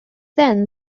then